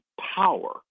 power